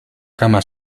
cama